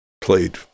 played